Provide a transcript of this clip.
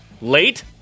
late